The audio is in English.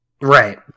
Right